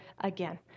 again